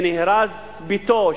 שנהרס ביתו,